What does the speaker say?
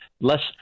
less